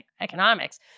economics